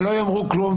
שלא יאמרו כלום,